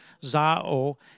zao